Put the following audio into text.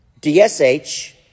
DSH